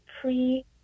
pre